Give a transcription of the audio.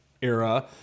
era